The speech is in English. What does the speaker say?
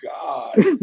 God